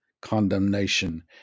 Condemnation